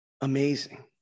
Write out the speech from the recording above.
amazing